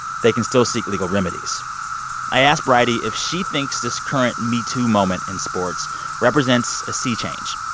they can still seek legal remedies i asked bridie if she thinks this current metoo moment in sports represents a sea change.